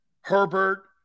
Herbert